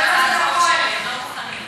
הם לא מוכנים.